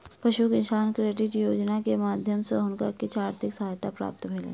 पशु किसान credit card योजना के माध्यम सॅ हुनका किछ आर्थिक सहायता प्राप्त भेलैन